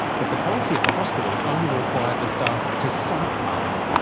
but the policy at the hospital only required the staff to sight ahlia,